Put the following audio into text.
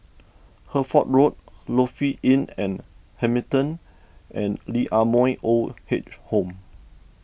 Hertford Road Lofi Inn and Hamilton and Lee Ah Mooi Old Age Home